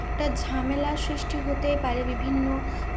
একটা ঝামেলা সৃষ্টি হতে পারে বিভিন্ন